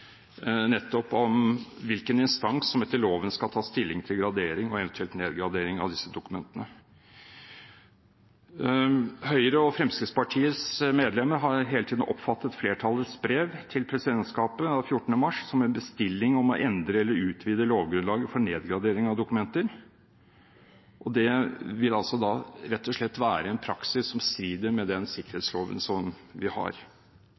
nettopp om hvilken instans som etter loven skal ta stilling til gradering og eventuelt nedgradering av disse dokumentene. Høyres og Fremskrittspartiets medlemmer har hele tiden oppfattet flertallets brev til presidentskapet av 14. mars som en bestilling om å endre eller utvide lovgrunnlaget for nedgradering av dokumenter. Det vil altså rett og slett være en praksis som strider mot den sikkerhetsloven som vi har.